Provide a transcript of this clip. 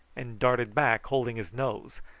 and darted back holding his nose,